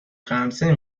خمسه